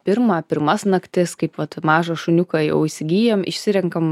pirmą pirmas naktis kaip vat mažą šuniuką jau įsigyjam išsirenkam